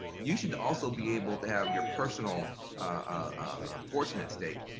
you should also be able to have your personal ah fortune at stake,